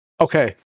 Okay